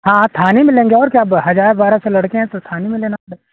हाँ आप थाने में लेंगे और क्या हजार बारह सौ लड़के हैं तो थाने में लेना पड़ेगा